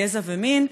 גזע ומין.